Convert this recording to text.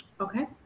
Okay